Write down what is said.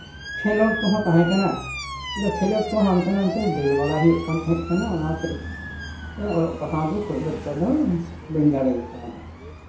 ᱠᱷᱮᱞᱚᱰ ᱠᱚᱦᱚᱸ ᱛᱟᱦᱮᱸ ᱠᱟᱱᱟ ᱠᱷᱮᱞᱳᱰ ᱠᱚ ᱦᱟᱱᱛᱮ ᱱᱟᱛᱮ ᱫᱟᱹᱲ ᱵᱟᱲᱟ ᱦᱩᱭᱩᱜ ᱠᱟᱱ ᱛᱟᱦᱮᱸᱫ ᱠᱟᱱᱟ ᱚᱱᱟ ᱦᱚᱛᱮᱡ ᱛᱮ ᱚᱞᱚᱜ ᱯᱟᱲᱦᱟᱜ ᱫᱚ ᱠᱷᱩᱵ ᱮᱠᱴᱟ ᱫᱚ ᱵᱟᱹᱧ ᱫᱟᱲᱮ ᱟᱠᱟᱣᱫᱟ